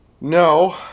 No